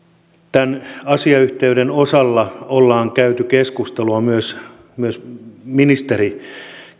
tämän asiayhteyden osalta ollaan käyty keskustelua myös myös ministeri